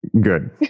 good